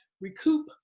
recoup